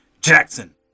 Jackson